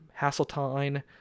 Hasseltine